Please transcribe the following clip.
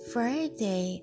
Friday